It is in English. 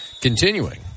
Continuing